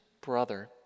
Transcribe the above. Brother